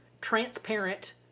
Transparent